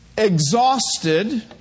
exhausted